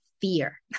fear